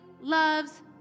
loves